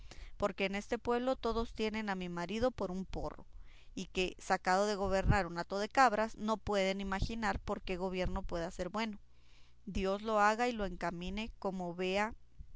porque en este pueblo todos tienen a mi marido por un porro y que sacado de gobernar un hato de cabras no pueden imaginar para qué gobierno pueda ser bueno dios lo haga y lo encamine como vee